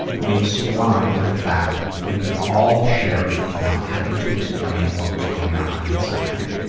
made sublime by the fact that we could all share it without having to explain what was going on inside.